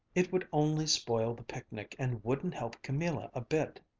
it would only spoil the picnic and wouldn't help camilla a bit.